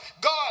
God